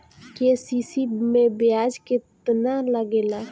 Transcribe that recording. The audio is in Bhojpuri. के.सी.सी मै ब्याज केतनि लागेला?